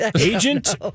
Agent